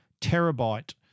terabyte